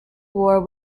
war